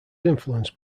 influenced